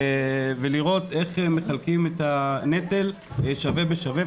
ולראות איך מחלקים את הנטל שווה בשווה.